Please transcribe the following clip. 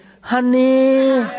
honey